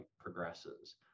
progresses